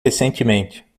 recentemente